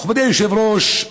מכובדי היושב-ראש,